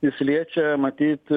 jis liečia matyt